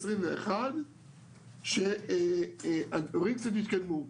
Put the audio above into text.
ב-2021 כשהדברים קצת התקדמו.